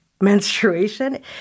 menstruation